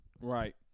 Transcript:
Right